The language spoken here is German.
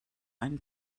einen